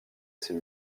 ces